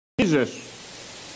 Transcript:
Jesus